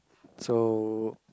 so